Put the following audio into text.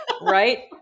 right